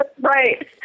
Right